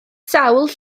sawl